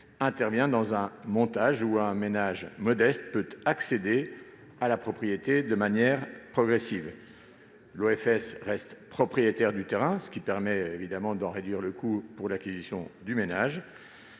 intervient dans un montage où un ménage modeste peut accéder à la propriété de manière progressive ; l'OFS demeure propriétaire du terrain, ce qui permet de réduire le coût de l'acquisition pour le ménage,